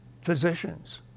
physicians